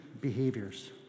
behaviors